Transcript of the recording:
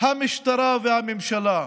המשטרה והממשלה.